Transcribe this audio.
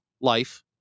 life